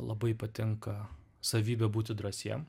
labai patinka savybė būti drąsiem